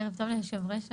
ערב טוב ליושב ראש הוועדה.